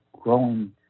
growing